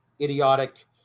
idiotic